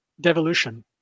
devolution